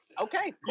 Okay